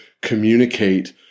communicate